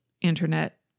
internet